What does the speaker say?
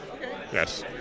yes